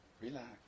Relax